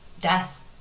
death